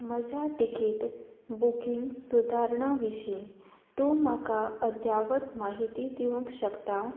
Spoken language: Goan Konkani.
म्हज्या टिकीट बुकींग सुदारणा विशीं तूं म्हाका अध्यावत म्हायती दिवंक शकता